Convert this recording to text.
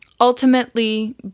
ultimately